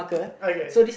okay